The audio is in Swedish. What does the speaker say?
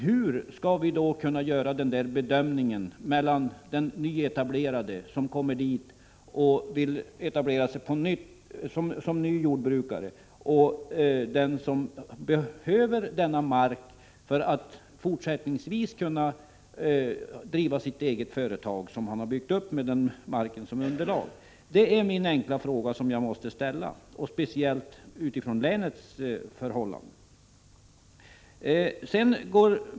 Hur skall vi då kunna göra bedömningen mellan å ena sidan en person som vill nyetablera sig som jordbrukare och å den andra en jordbrukare som byggt upp sitt företag med den aktuella marken som underlag och som fortsättningsvis vill kunna driva detta företag? Det är den enkla fråga jag måste ställa, speciellt mot bakgrund av de förhållanden som råder i Martin Olssons och mitt hemlän.